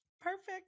perfect